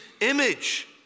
image